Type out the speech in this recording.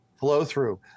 Flow-through